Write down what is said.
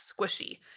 squishy